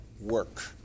work